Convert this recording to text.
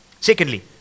secondly